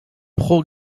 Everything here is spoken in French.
pro